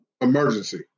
emergency